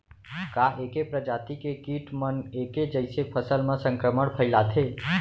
का ऐके प्रजाति के किट मन ऐके जइसे फसल म संक्रमण फइलाथें?